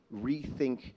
rethink